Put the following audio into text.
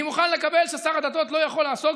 אני מוכן לקבל ששר הדתות לא יכול לעסוק